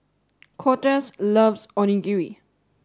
Cortez loves Onigiri